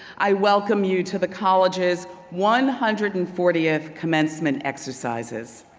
i welcome you to the college's one hundred and fortieth commencement exercises.